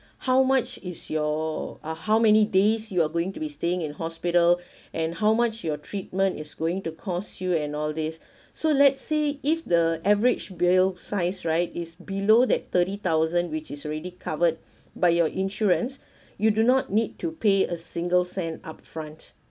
how much is your uh how many days you are going to be staying in hospital and how much your treatment is going to cost you and all this so let say if the average bill size right is below that thirty thousand which is already covered by your insurance you do not need to pay a single cent upfront